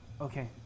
Okay